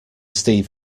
steve